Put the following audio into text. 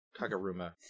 Kaguruma